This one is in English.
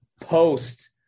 post